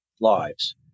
lives